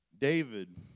David